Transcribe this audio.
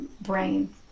brain